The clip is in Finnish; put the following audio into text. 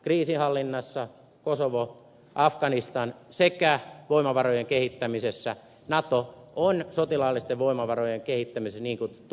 kriisinhallinnassa kosovo afganistan sekä voimavarojen kehittämisessä nato on sotilaallisten voimavarojen kehittämisen niin kutsuttu koodi